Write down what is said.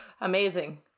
amazing